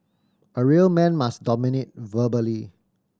a real man must dominate verbally